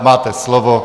Máte slovo.